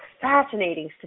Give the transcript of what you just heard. fascinating